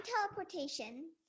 teleportation